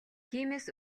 тиймээс